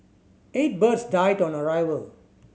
eight birds died on the arrival